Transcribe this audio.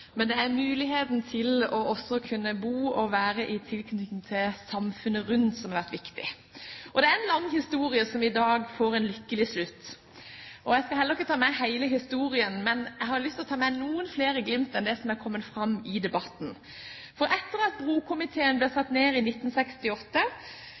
Men det er muligheten til å kunne bo og være i tilknytning til samfunnet rundt som har vært viktig. Det er en lang historie som i dag får en lykkelig slutt. Jeg skal ikke ta med hele historien, men jeg har lyst til å ta med noen flere glimt enn det som har kommet fram i debatten. Etter at brokomiteen ble